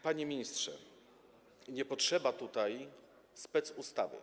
Panie ministrze, nie potrzeba tutaj specustawy.